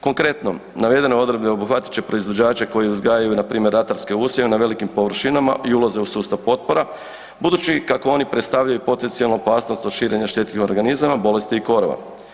Konkretno, navedene odredbe obuhvatit će proizvođače koji uzgajaju npr. ratarske usjeve na velikim površinama i ulaze u sustav potpora budući kako oni predstavljaju potencijalnu opasnost od širenja štetnih organizama bolesti i korova.